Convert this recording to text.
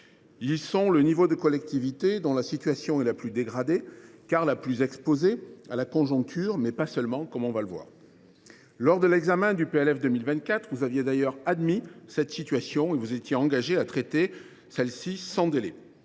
Ils sont le niveau de collectivité dont la situation est la plus dégradée, car le plus exposé à la conjoncture, mais pas seulement, comme nous allons le voir. Lors de l’examen du budget de 2024, vous aviez d’ailleurs admis cette situation et vous vous étiez engagé à traiter cette question sans délai.